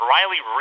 Riley